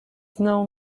known